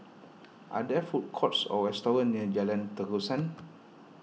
are there food courts or restaurants near Jalan Terusan